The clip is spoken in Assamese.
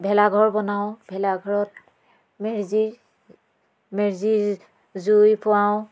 ভেলাঘৰ বনাওঁ ভেলাঘৰত মেজি মেজি জুই পুৱাওঁ